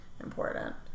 important